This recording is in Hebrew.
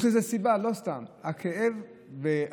יש לזה סיבה, לא סתם: הכאב והאבסורד